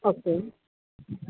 okay